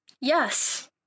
Yes